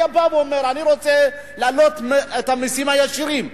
היה בא ואומר: אני רוצה להעלות את המסים הישירים.